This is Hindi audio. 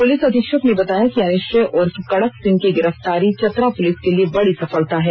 पुलिस अधीक्षक ने बताया कि अनिश्चय उर्फ कडक सिंह की गिरफ्तारी चतरा पुलिस के लिए बड़ी सफलता है